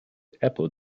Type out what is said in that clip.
apple